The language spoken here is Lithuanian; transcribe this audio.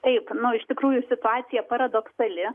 taip nu iš tikrųjų situacija paradoksali